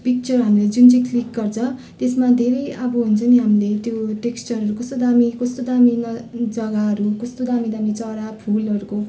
picture हामीले जुन चाहिँ क्लिक गर्छ त्यसमा धेरै अब हुन्छ नि हामीले त्यो टेक्स्चरहरू कस्तो दामी कस्तो दामी न जगाहरू कस्तो कस्तो दामी चरा फुलहरूको